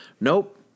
Nope